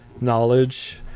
knowledge